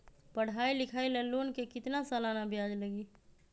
पढाई लिखाई ला लोन के कितना सालाना ब्याज लगी?